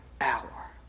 hour